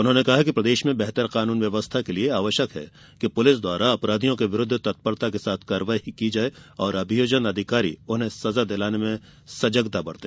उन्होंने कहा कि प्रदेश में बेहतर कानून व्यवस्था के लिए आवश्यक है कि पुलिस द्वारा अपराधियों के विरूद्व तत्परता से कार्यवाही की जाये और अभियोजन अधिकारी उन्हें सजा दिलाने में सजगता बरतें